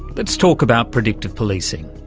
let's talk about predictive policing.